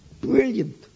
Brilliant